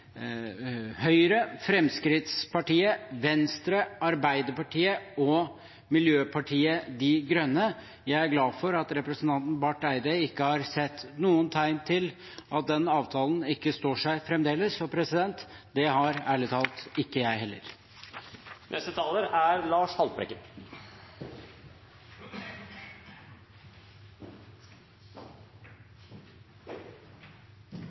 Høyre, Fremskrittspartiet, Venstre, Arbeiderpartiet og Miljøpartiet De Grønne. Jeg er glad for at representanten Barth Eide ikke har sett noen tegn til at den avtalen ikke står seg fremdeles. Det har ærlig talt ikke jeg heller. En balansert kraftutveksling med våre naboland er